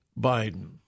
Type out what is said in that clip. Biden